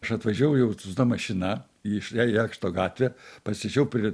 aš atvažiavau jau su ta mašina į tą jakšto gatvę pasistačiau prie